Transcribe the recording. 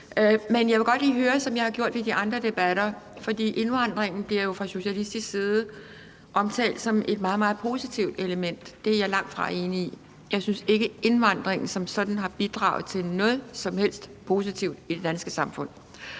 Men jeg vil godt lige høre om en ting, som jeg har gjort ved de andre debatter. Indvandringen bliver jo fra socialistisk side omtalt som et meget, meget positivt element; det er jeg langtfra enig i. Jeg synes ikke, at indvandringen som sådan har bidraget til noget som helst positivt i det danske samfund.